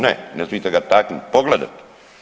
Ne, ne smijete ga taknuti, pogledati.